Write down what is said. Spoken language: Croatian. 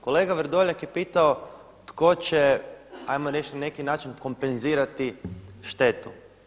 Kolega Vrdoljak je pitao tko će, hajmo reći na neki način kompenzirati štetu.